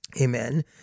Amen